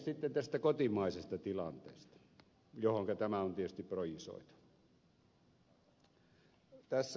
sitten tästä kotimaisesta tilanteesta johonka tämä on tietysti projisoitu